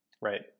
Right